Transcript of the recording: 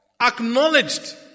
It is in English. Acknowledged